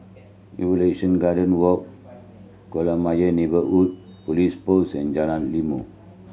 Evolution Garden Walk Kolam Ayer Neighbourhood Police Post and Jalan Ilmu